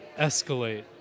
escalate